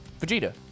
Vegeta